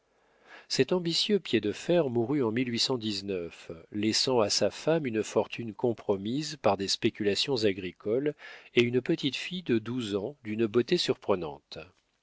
cet ambitieux piédefer mourut en laissant à sa femme une fortune compromise par des spéculations agricoles et une petite fille de douze ans d'une beauté surprenante